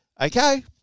Okay